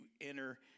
enter